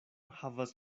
havas